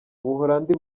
ubuholandi